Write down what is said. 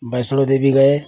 वैष्णों देवी गए